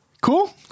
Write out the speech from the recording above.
Cool